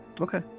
Okay